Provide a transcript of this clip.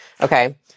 Okay